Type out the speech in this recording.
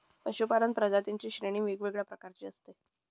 पशूपालन प्रजातींची श्रेणी वेगवेगळ्या प्रकारची असते